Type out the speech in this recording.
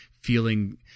feeling